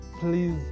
please